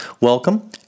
Welcome